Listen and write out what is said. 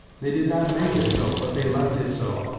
they did not make it so, but they left it so,